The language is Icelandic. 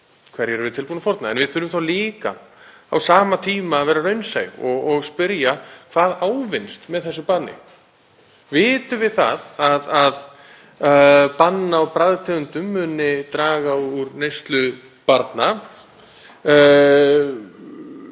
Hverju erum við tilbúin að fórna? En við þurfum þá líka á sama tíma að vera raunsæ og spyrja: Hvað ávinnst með þessu banni? Vitum við það að bann á bragðtegundum muni draga úr neyslu barna